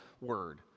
word